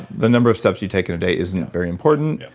the number of steps you take in a day isn't very important.